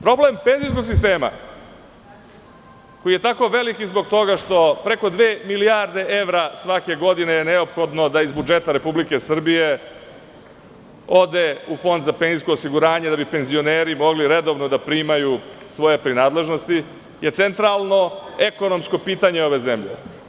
Problem penzijskog sistema koji je tako veliki zbog toga što preko dve milijarde evra svake godine je neophodno da iz budžeta Republike Srbije ode u Fond PIO, da bi mogli penzioneri redovno da primaju svoje prinadležnosti jeste centralno ekonomsko pitanje ove zemlje.